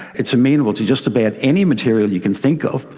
it's amenable to just about any material you can think of.